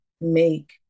make